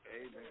Amen